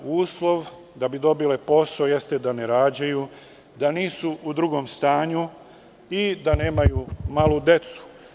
Uslov da bi dobile posao jeste da ne rađaju, da nisu u drugom stanju i da nemaju malu decu.